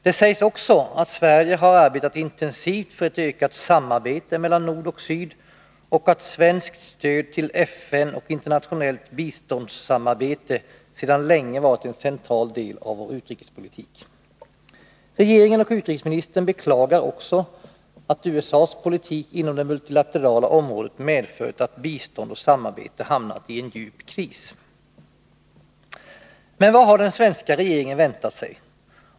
Det sägs också att Sverige har arbetat intensivt för ett ökat samarbete mellan nord och syd och att svenskt stöd till FN och internationellt biståndsarbete sedan länge har varit en central del av vår utrikespolitik. Regeringen och utrikesministern beklagar också att USA:s politik inom det multilaterala området har medfört att bistånd och samarbete har hamnat i en djup kris. Men vad har den svenska regeringen väntat sig?